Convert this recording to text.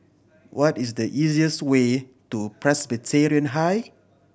what is the easiest way to Presbyterian High